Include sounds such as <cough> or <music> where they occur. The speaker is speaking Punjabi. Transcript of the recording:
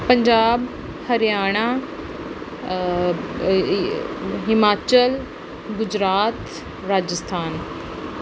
ਪੰਜਾਬ ਹਰਿਆਣਾ <unintelligible> ਹਿਮਾਚਲ ਗੁਜਰਾਤ ਰਾਜਸਥਾਨ